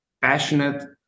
passionate